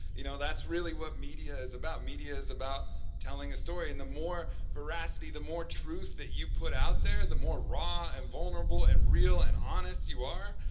you know that's really what media is about. media is about telling a story. and the more veracity, the more truth that you put out there, the more raw and vulnerable and real and honest you are,